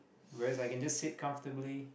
whereas I can just sit comfortably